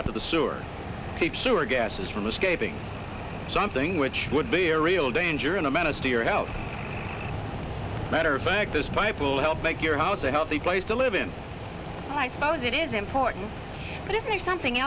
out of the sewer keep sewer gases from escaping something which would be a real danger and a menace to your health matter of fact this pipe will help make your house a healthy place to live in i suppose it is important but if there's something